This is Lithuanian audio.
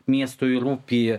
miestui rūpi